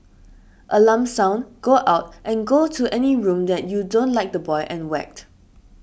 alarm sound go out and go to any room that you don't like the boy and whacked